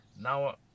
now